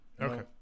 Okay